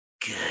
Good